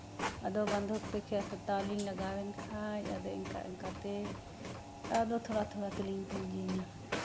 ᱟᱫᱚ ᱵᱚᱱᱫᱷᱚᱠ ᱛᱮ ᱠᱷᱮᱛ ᱦᱟᱛᱟᱣ ᱞᱤᱧ ᱞᱟᱜᱟᱣᱮᱱ ᱠᱷᱟᱡ ᱟᱫᱚ ᱤᱱᱠᱟᱹᱼᱤᱱᱠᱟᱹ ᱛᱮ ᱟᱫᱚ ᱛᱷᱚᱲᱟᱼᱛᱷᱚᱲ ᱛᱮᱞᱤᱧ ᱯᱩᱸᱡᱤᱭᱮᱱᱟ